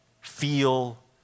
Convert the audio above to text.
feel